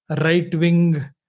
right-wing